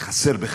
וחסר בך.